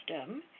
system